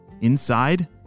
inside